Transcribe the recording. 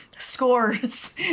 scores